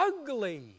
ugly